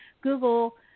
Google